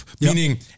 Meaning